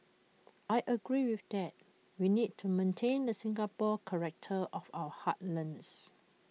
I agreed with that we need to maintain the Singaporean character of our heartlands